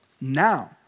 now